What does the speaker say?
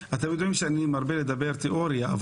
אני מרבה לדבר תיאוריה,